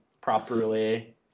properly